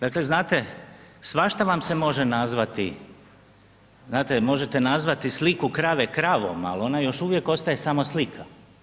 Dakle, znate, svašta vam se može nazvati, znate možete nazvati sliku krave kravom, ali ona još uvijek ostaje samo slika.